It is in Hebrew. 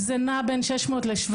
זה נע בין 600 ל-700.